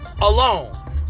alone